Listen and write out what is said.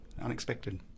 unexpected